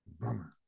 Bummer